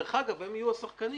דרך אגב, הם יהיו השחקנים.